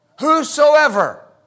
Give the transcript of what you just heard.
whosoever